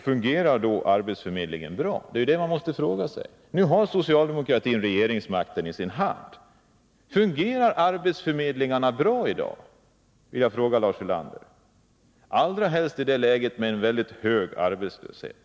Fungerar då arbetsförmedlingen bra? Det måste man fråga sig. Nu har socialdemokraterna regeringsmakten. Jag vill fråga Lars Ulander: Fungerar arbetsförmedlingen i dag bra, framför allt i ett läge med stor arbetslöshet?